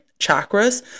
chakras